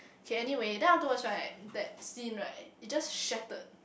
okay anyway then afterwards right that scene right it just shattered